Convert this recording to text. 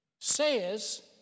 says